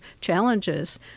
challenges